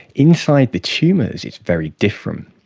inside the tumours it's very different.